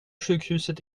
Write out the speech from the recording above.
sjukhuset